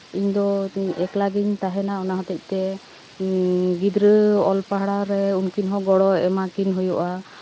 ᱤᱧ ᱫᱚ ᱮᱠᱞᱟ ᱜᱤᱧ ᱛᱟᱦᱮᱱᱟ ᱚᱱᱟ ᱦᱚᱛᱮᱜ ᱛᱮ ᱜᱤᱫᱽᱨᱟᱹ ᱚᱞ ᱯᱟᱲᱦᱟᱣ ᱨᱮ ᱩᱱᱠᱤᱱ ᱦᱚᱸ ᱜᱚᱲᱚ ᱮᱢᱟᱠᱤᱱ ᱦᱩᱭᱩᱜᱼᱟ